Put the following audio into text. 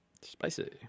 Spicy